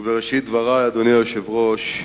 ובראשית דברי, אדוני היושב-ראש,